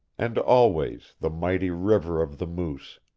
and always the mighty river of the moose,